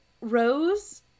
Rose